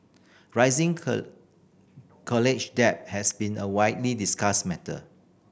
rising college debt has been a widely discussed matter